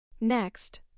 Next